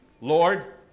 Lord